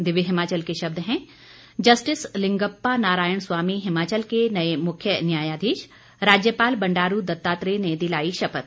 दिव्य हिमाचल के शब्द हैं जस्टिस लिंगप्पा नारायण स्वामी हिमाचल के नए मुख्य न्यायाधीश राज्यपाल बंडारू दत्तात्रेय ने दिलाई शपथ